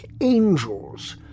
angels